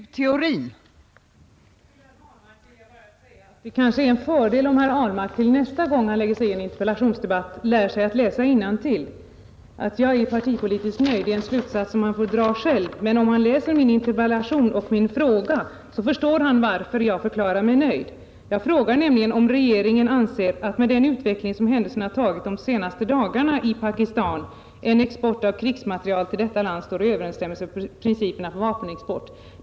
Fru talman! Till herr Ahlmark vill jag bara säga att det kanske är en fördel om han till nästa gång han lägger sig i en interpellationsdebatt lär sig att läsa innantill. Att jag är partipolitiskt nöjd är en slutsats som herr Ahlmark själv får dra. Men om herr Ahlmark läser min interpellation förstår han varför jag förklarar mig nöjd. Jag frågar nämligen om regeringen anser ”att med den utveckling som händelserna tagit de senaste dagarna i Pakistan en export av krigsmateriel till detta land står i överensstämmelse med principerna för vapenexport”.